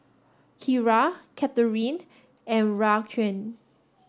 Kira Katherin and Raquan